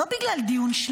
לא בגלל הדיון,